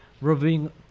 reviewing